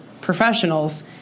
professionals